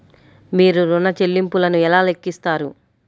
మీరు ఋణ ల్లింపులను ఎలా లెక్కిస్తారు?